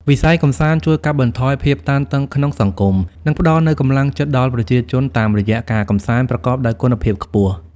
វិស័យកម្សាន្តជួយកាត់បន្ថយភាពតានតឹងក្នុងសង្គម និងផ្ដល់នូវកម្លាំងចិត្តដល់ប្រជាជនតាមរយៈការកម្សាន្តប្រកបដោយគុណភាពខ្ពស់។